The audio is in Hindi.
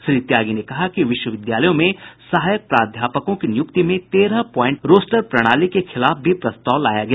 श्री त्यागी ने कहा कि विश्वविद्यालयों में सहायक प्राध्यापकों की नियुक्ति में तेरह प्वाइंट रोस्टर प्रणाली के खिलाफ भी प्रस्ताव लाया गया